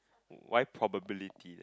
why probability